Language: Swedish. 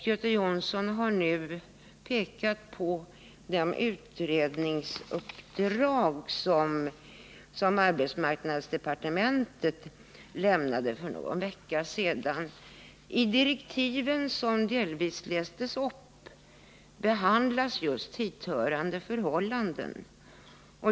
Göte Jonsson har nu pekat på de utredningsuppdrag som arbetsmarknadsdepartementet lämnade för någon vecka sedan. I direktiven, som delvis lästes upp, behandlas just hithörande förhållanden.